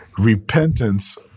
repentance